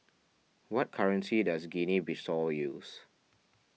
what currency does Guinea Bissau use